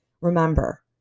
remember